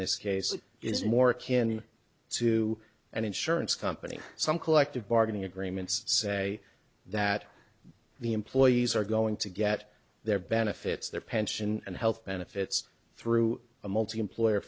this case is more akin to an insurance company some collective bargaining agreements say that the employees are going to get their benefits their pension and health benefits through a multi employer